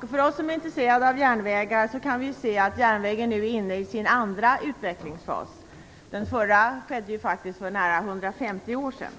Vi som är intresserade av järnvägar kan nu se att järnvägen är inne i sin andra utvecklingsfas. Den förra skedde ju faktiskt för nära 150 år sedan.